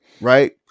Right